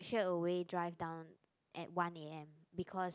straight away drive down at one A_M because